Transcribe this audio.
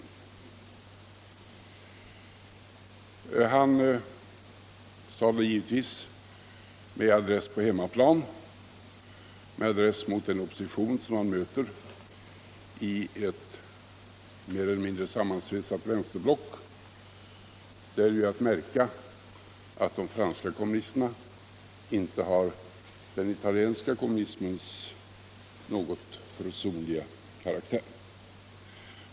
Den franske presidenten sade givetvis detta med adress på hemmaplan till den opposition som han möter i ett mer eller mindre sammansvetsat vänsterblock. Det är ju att märka att de franska kommunisterna inte har den italienska kommunismens något försonliga karaktär.